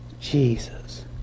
Jesus